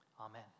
Amen